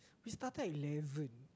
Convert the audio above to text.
we started eleven